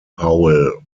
powell